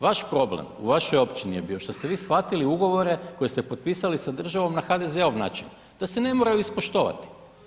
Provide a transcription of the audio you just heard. Vaš problem u vašoj općini je bio što ste vi shvatili ugovore koje ste potpisali sa državom na HDZ-ov način, da se ne moraju ispoštovati.